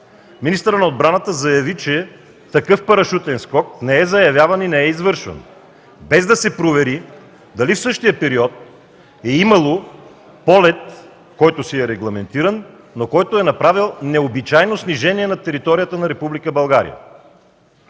Министърът на отбраната заяви, че такъв парашутен скок не е заявяван и не е извършван, без да се провери дали в същия период е имало полет, който си е регламентиран, но който е направил необичайно снижение над територията на